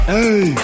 Hey